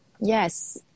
Yes